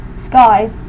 Sky